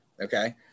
okay